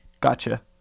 gotcha